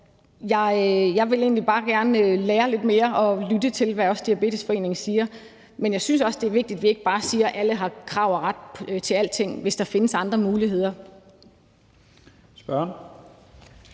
jeg vil egentlig bare gerne lære lidt mere og lytte til, hvad Diabetesforeningen siger. Men jeg synes også, det er vigtigt, at vi ikke bare siger, at alle har krav på og ret til alting, hvis der findes andre muligheder.